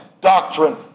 doctrine